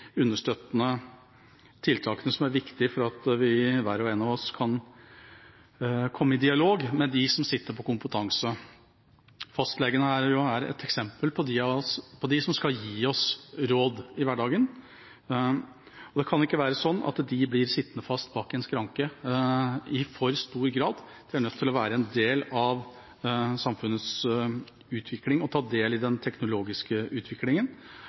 understøttende tiltakene, som er viktig for at hver og en av oss kan komme i dialog med dem som sitter på kompetanse. Fastlegene er her et eksempel på dem som skal gi oss råd i hverdagen. Det kan ikke være sånn at de i for stor grad blir sittende bak en skranke – de er nødt til å være en del av samfunnets utvikling og ta del i den teknologiske utviklingen.